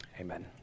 amen